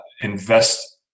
invest